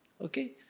Okay